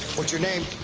what's your name?